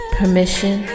permission